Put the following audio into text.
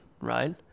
right